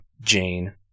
jane